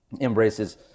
embraces